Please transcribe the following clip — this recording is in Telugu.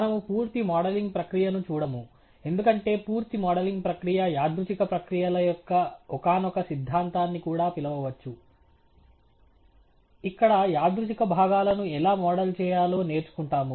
మనము పూర్తి మోడలింగ్ ప్రక్రియ ను చూడము ఎందుకంటే పూర్తి మోడలింగ్ ప్రక్రియ యాదృచ్ఛిక ప్రక్రియల యొక్క ఒకానొక సిద్ధాంతాన్ని కూడా పిలవవచ్చు ఇక్కడ యాదృచ్ఛిక భాగాలను ఎలా మోడల్ చేయాలో నేర్చుకుంటాము